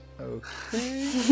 Okay